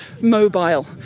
mobile